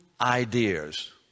ideas